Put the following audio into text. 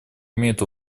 имеет